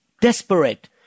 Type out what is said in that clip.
desperate